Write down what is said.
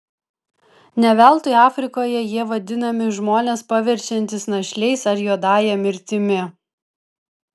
ne veltui afrikoje jie vadinami žmones paverčiantys našliais ar juodąja mirtimi